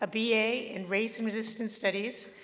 ah b a. in race and resistance studies,